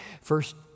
First